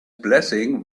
blessing